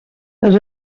els